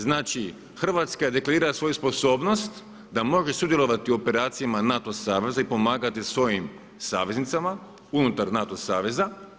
Znači, Hrvatska deklarira svoju sposobnost da može sudjelovati u operacijama NATO saveza i pomagati svojim saveznicama unutar NATO saveza.